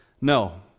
No